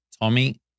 Tommy